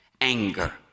anger